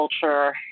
culture